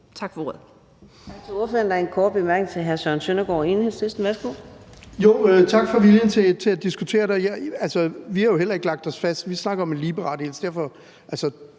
Tak for ordet.